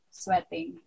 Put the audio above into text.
sweating